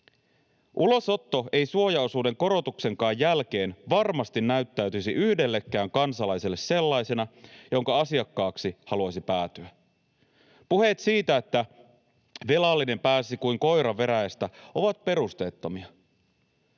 Ulosotto ei suojaosuuden korotuksenkaan jälkeen varmasti näyttäytyisi yhdellekään kansalaiselle sellaisena, että sen asiakkaaksi haluaisi päätyä. Puheet siitä, että velallinen pääsisi kuin koira veräjästä, ovat perusteettomia.